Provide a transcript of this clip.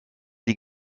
die